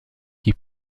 qui